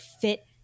fit